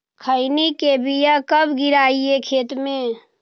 खैनी के बिया कब गिराइये खेत मे?